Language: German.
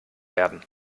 werden